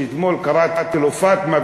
שאתמול קראתי לו פאטמה,